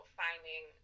finding